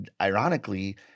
ironically